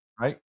right